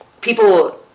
People